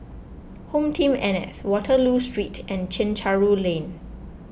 HomeTeam N S Waterloo Street and Chencharu Lane